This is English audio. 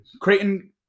Creighton